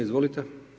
Izvolite.